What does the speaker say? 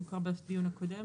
הוא הוקרא בדיון הקודם,